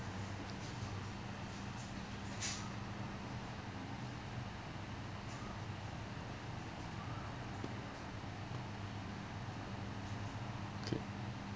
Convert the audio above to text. okay